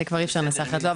את זה כבר אי אפשר לנסח אחרת.